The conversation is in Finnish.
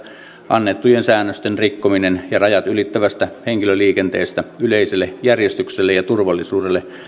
annettujen säännösten rikkominen ja rajat ylittävästä henkilöliikenteestä yleiselle järjestykselle ja turvallisuudelle